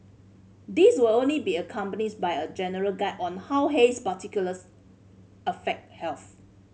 these will only be accompanies by a general guide on how haze particles affect health